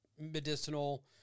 medicinal